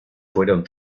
fueron